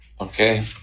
okay